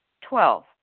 Twelve